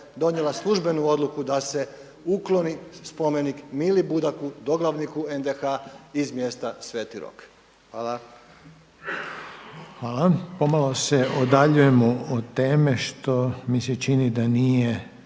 donijela službenu odluku da se ukloni spomenik Mili Budaku doglavniku NDH iz mjesta Sveti Rok. Hvala.